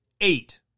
eight